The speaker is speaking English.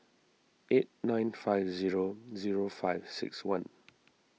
eight nine five zero zero five six one